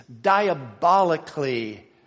diabolically